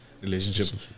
relationship